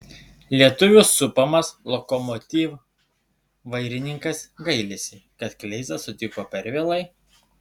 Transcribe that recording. lietuvių supamas lokomotiv vairininkas gailisi kad kleizą sutiko per vėlai